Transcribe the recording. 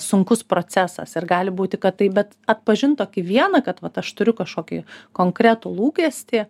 sunkus procesas ir gali būti kad tai bet atpažint tokį vieną kad vat aš turiu kašokį konkretų lūkestį